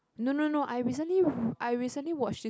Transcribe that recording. no no no I recently w~ I recently watch this